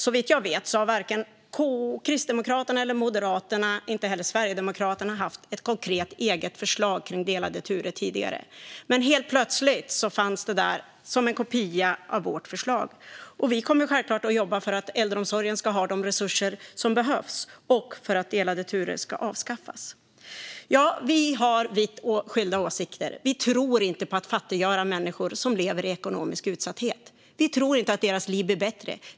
Såvitt jag vet har varken Kristdemokraterna eller Moderaterna, och inte heller Sverigedemokraterna, haft ett konkret eget förslag kring delade turer tidigare. Men helt plötsligt fanns det där som en kopia av vårt förslag. Vi kommer självklart att jobba för att äldreomsorgen ska ha de resurser som behövs och för att delade turer ska avskaffas. Ja, vi har vitt skilda åsikter. Vi tror inte på att fattiggöra människor som lever i ekonomisk utsatthet. Vi tror inte att deras liv blir bättre så.